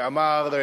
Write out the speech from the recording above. שאמר: